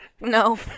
no